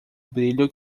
brilho